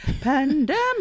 pandemic